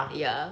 ya